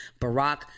Barack